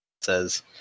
Says